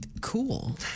cool